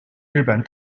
日本